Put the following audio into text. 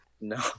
no